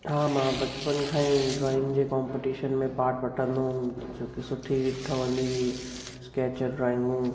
हा मां बचपन खां ई ड्रॉइंग जे कॉम्पीटिशन में पार्ट वठंदो हुअमि छो कि सुठी अहिड़ी ठहंदी हुई स्कैच ऐं ड्रॉइगूं